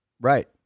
Right